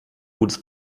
gutes